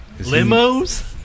Limos